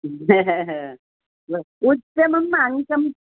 उत्तमम् अङ्कं